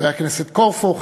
חבר הכנסת קורפו,